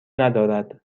ندارد